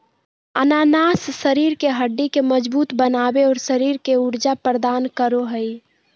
अनानास शरीर के हड्डि के मजबूत बनाबे, और शरीर के ऊर्जा प्रदान करो हइ